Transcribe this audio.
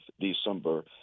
December